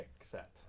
set